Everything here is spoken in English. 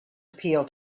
appeal